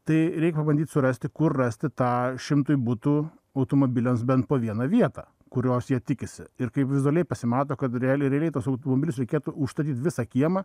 tai reikia pabandyt surasti kur rasti tą šimtui butų automobiliams bent po vieną vietą kurios jie tikisi ir kaip vizualiai pasimato kad realiai realiai tais automobiliais reikėtų užstatyti visą kiemą